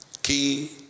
Key